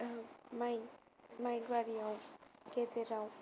माइ बारिआव गेजेराव